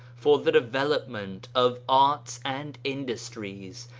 for the development of arts and industries,